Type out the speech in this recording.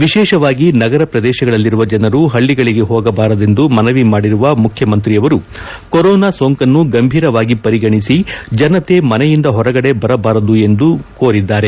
ವಿಶೇಷವಾಗಿ ನಗರ ಪ್ರದೇಶಗಳಲ್ಲಿರುವ ಜನರು ಹಳ್ಳಿಗಳಿಗೆ ಹೋಗಬಾರದೆಂದು ಮನವಿ ಮಾಡಿರುವ ಮುಖ್ಯಮಂತ್ರಿಯವರು ಕೊರೋನಾ ಸೋಂಕನ್ನು ಗಂಭೀರವಾಗಿ ಪರಿಗಣಿಸಿ ಜನತೆ ಮನೆಯಿಂದ ಹೊರಗಡೆ ಬರಬಾರದು ಎಂದು ಮನವಿ ಕೋರಿದ್ದಾರೆ